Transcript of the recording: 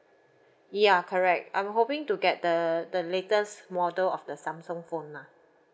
ya correct I'm hoping to get the the latest model of the samsung phone lah